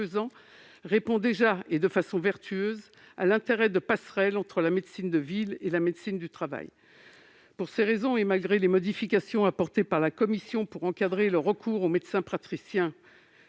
répond déjà de façon vertueuse à l'intérêt d'établir des passerelles entre la médecine de ville et la médecine du travail. Pour ces raisons, malgré les modifications apportées par la commission pour encadrer le recours aux médecins praticiens